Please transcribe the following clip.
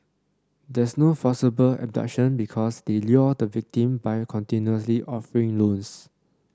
there's no forcible abduction because they lure the victim by continuously offering loans